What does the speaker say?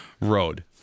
Road